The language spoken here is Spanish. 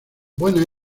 buena